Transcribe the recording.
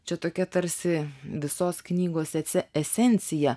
čia tokia tarsi visos knygos ece esencija